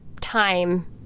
time